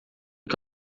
que